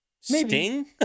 Sting